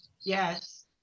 yes